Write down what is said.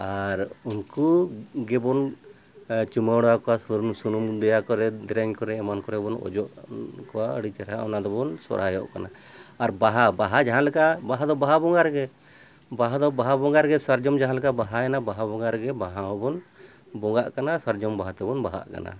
ᱟᱨ ᱩᱱᱠᱩ ᱜᱮᱵᱚᱱ ᱪᱩᱢᱟᱹᱲᱟ ᱠᱚᱣᱟ ᱥᱩᱱᱩᱢ ᱫᱮᱭᱟ ᱠᱚᱨᱮ ᱫᱮᱨᱮᱧ ᱠᱚᱨᱮ ᱮᱢᱟᱱ ᱠᱚᱨᱮ ᱵᱚᱱ ᱚᱡᱚᱜ ᱠᱚᱣᱟ ᱟᱹᱰᱤ ᱪᱮᱦᱨᱟ ᱚᱱᱟ ᱫᱚᱵᱚᱱ ᱥᱚᱦᱨᱟᱭᱚᱜ ᱠᱟᱱᱟ ᱟᱨ ᱵᱟᱦᱟ ᱵᱟᱦᱟ ᱡᱟᱦᱟᱸ ᱞᱮᱠᱟ ᱵᱟᱦᱟ ᱫᱚ ᱵᱟᱦᱟ ᱵᱚᱸᱜᱟ ᱨᱮᱜᱮ ᱵᱟᱦᱟ ᱫᱚ ᱵᱟᱦᱟ ᱵᱚᱸᱜᱟ ᱨᱮᱜᱮ ᱥᱟᱨᱡᱚᱢ ᱡᱟᱦᱟᱸ ᱞᱮᱠᱟ ᱵᱟᱦᱟᱭᱮᱱᱟ ᱵᱟᱦᱟ ᱵᱚᱸᱜᱟ ᱨᱮᱜᱮ ᱵᱟᱦᱟ ᱦᱚᱸᱵᱚᱱ ᱵᱚᱸᱜᱟᱜ ᱠᱟᱱᱟ ᱥᱟᱨᱡᱚᱢ ᱵᱟᱦᱟ ᱛᱮᱵᱚᱱ ᱵᱟᱦᱟᱜ ᱠᱟᱱᱟ